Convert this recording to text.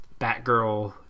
batgirl